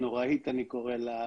הנוראית אני קורא לה,